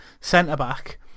centre-back